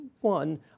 One